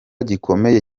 gikomeye